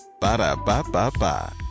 Ba-da-ba-ba-ba